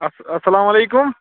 اَس اَلسلام علیکُم